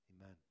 Amen